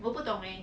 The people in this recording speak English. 我不懂 eh